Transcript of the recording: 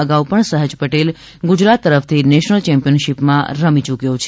અગાઉ પણ સહજ પટેલ ગુજરાત તરફથી નેશનલ ચેમ્પિયનશીપમાં પણ રમી યૂક્યો છે